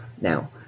now